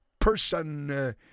person